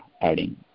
adding